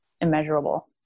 immeasurable